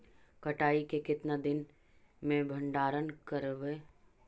कटाई के कितना दिन मे भंडारन करबय?